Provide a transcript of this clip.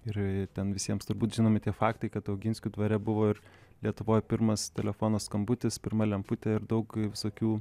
ir ten visiems turbūt žinomi tie faktai kad oginskių dvare buvo ir lietuvoj pirmas telefono skambutis pirma lemputė ir daug visokių